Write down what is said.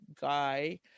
guy